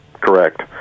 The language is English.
Correct